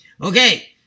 Okay